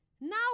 now